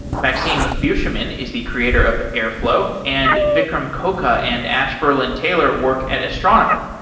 maxime beauchemin is the creator of airflow, and vikram koka and ash berlin-taylor work at astronomer.